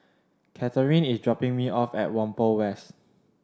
Catharine is dropping me off at Whampoa West